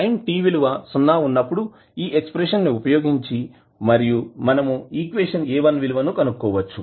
time t విలువ సున్నా ఉన్నప్పుడు ఈ ఎక్స్ప్రెషన్ ని ఉపయోగించి మరియు మనము ఈక్వేషన్ A1 విలువ కనుక్కోవచ్చు